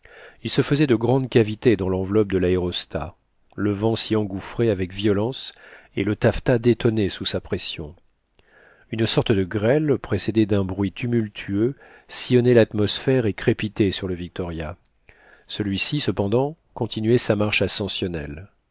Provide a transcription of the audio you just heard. il se faisait de grandes cavités dans l'enveloppe de l'aérostat le vent s'y engouffrait avec violence et le taffetas détonait sous sa pression une sorte de grêle précédée d'un bruit tumultueux sillonnait l'atmosphère et crépitait sur le victoria celui-ci cependant continuait sa marche ascensionnelle